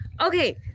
Okay